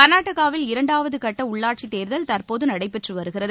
கர்நாடகாவில் இரண்டாவது கட்ட உள்ளாட்சி தேர்தல் தற்போது நடைபெற்று வருகிறது